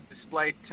displayed